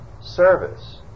Service